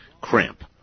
cramp